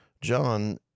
John